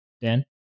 Dan